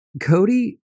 Cody